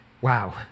Wow